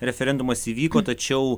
referendumas įvyko tačiau